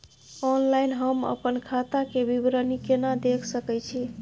Online हम अपन खाता के विवरणी केना देख सकै छी?